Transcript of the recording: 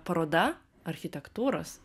paroda architektūros